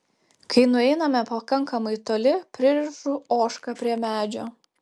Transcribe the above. kai nueiname pakankamai toli pririšu ožką prie medžio